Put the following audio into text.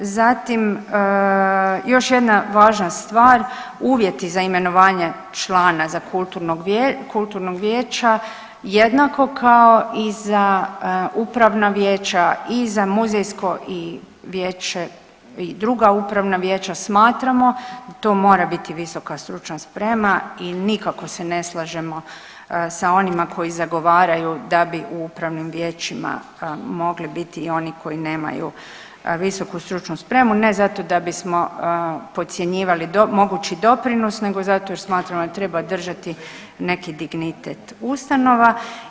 Zatim, još jedna važna stvar, uvjeti za imenovanje člana za kulturnog vijeća jednako kao i za upravna vijeća i za muzejsko i vijeće i druga upravna vijeća smatramo to mora biti visoka stručna sprema i nikako se ne slažemo sa onima koji zagovaraju da bi u upravnim vijećima mogli biti i oni koji nemaju visoku stručnu spremu, ne zato da bismo podcjenjivali mogući doprinos nego zato jer smatramo da treba držati neki dignitet ustanova.